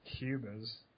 Cubers